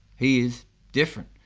he is different,